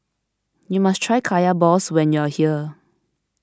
you must try Kaya Balls when you are here